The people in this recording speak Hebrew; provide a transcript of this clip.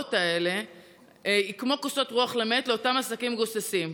ההלוואות האלה היא כמו כוסות רוח למת לאותם עסקים גוססים.